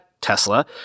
Tesla